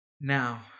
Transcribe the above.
Now